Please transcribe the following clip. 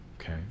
okay